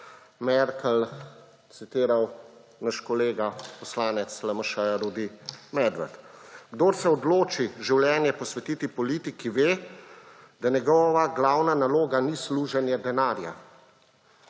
Merkel citiral naš kolega poslanec LMŠ Rudi Medved: »Kdor se odloči življenje posvetiti politiki, ve, da njegova glavna naloga ni služenje denarja.«